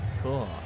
Cool